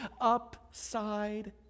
upside